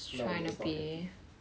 nowadays not happy